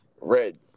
Red